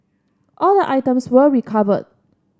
all the items were recovered